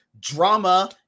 drama